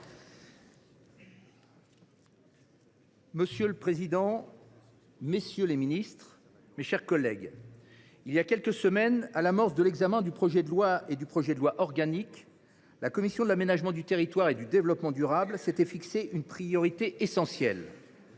Monsieur le président, messieurs les ministres, mes chers collègues, voilà quelques semaines, à l’amorce de l’examen du projet de loi et du projet de loi organique, la commission de l’aménagement du territoire et du développement durable s’était fixé une priorité essentielle